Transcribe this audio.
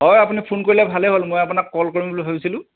হয় আপুনি ফোন কৰিলে ভালেই হ'ল মই আপোনাক ক'ল কৰিম বুলি ভাবিছিলোঁ